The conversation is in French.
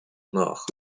mort